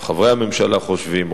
חברי הממשלה חושבים,